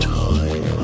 time